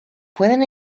pueden